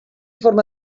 forma